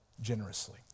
generously